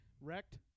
Wrecked